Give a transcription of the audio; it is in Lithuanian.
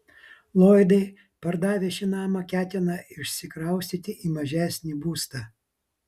lloydai pardavę šį namą ketina išsikraustyti į mažesnį būstą